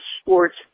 sports